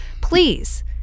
please